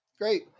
Great